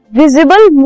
visible